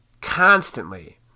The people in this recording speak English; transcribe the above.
constantly